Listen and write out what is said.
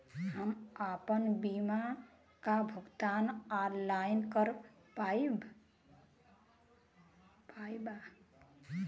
हम आपन बीमा क भुगतान ऑनलाइन कर पाईब?